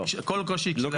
כל קושי כשלעצמו.